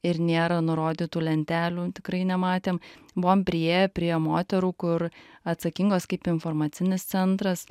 ir nėra nurodytų lentelių tikrai nematėm buvom priėję prie moterų kur atsakingos kaip informacinis centras